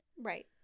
Right